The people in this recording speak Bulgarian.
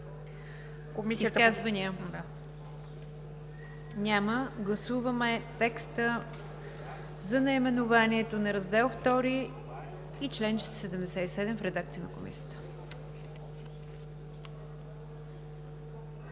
Изказвания? Няма. Гласуваме текста за наименованието на Раздел II и чл. 77 с редакцията на Комисията.